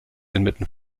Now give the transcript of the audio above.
inmitten